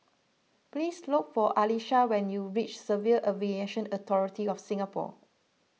please look for Elisha when you reach Civil Aviation Authority of Singapore